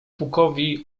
pukowi